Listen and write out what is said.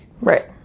Right